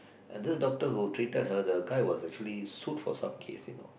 and this doctor who treated her the guy was actually sued for some case you know